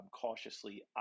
cautiously